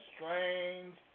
strange